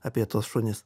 apie tuos šunis